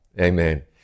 amen